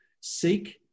seek